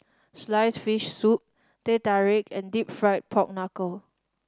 sliced fish soup Teh Tarik and Deep Fried Pork Knuckle